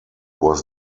was